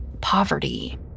poverty